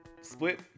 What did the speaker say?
split